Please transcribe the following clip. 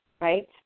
right